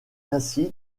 ainsi